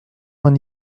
vingt